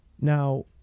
Now